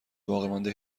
باقیمانده